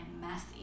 messy